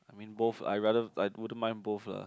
I mean both I rather I wouldn't mind both lah